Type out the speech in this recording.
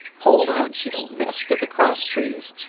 hold on, she don't nest in the crosstrees!